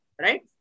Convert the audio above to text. right